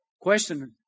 Question